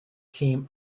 came